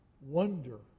wonder